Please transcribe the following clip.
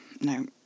No